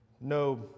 No